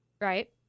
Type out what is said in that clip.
Right